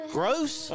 gross